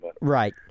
Right